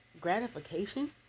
gratification